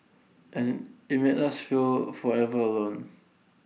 and IT made us feel forever alone